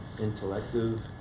intellective